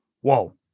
Whoa